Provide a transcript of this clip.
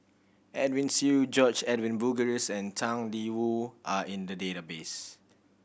Edwin Siew George Edwin Bogaars and Tang Da Wu are in the database